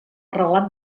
relat